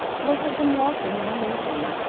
they had been walking one evening,